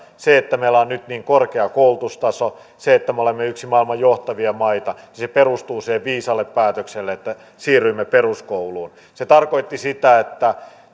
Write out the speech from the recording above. se että meillä on nyt niin korkea koulutustaso se että me olemme maailman johtavia maita perustuu sille viisaalle päätökselle että siirryimme peruskouluun se tarkoitti sitä että